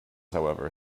however